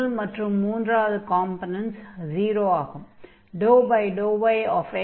முதல் மற்றும் மூன்றாவது காம்பொனென்ட்ஸ் 0 ஆகும்